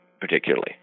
particularly